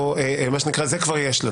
זה כבר יש.